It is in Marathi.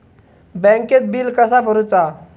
बँकेत बिल कसा भरुचा?